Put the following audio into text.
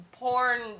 Porn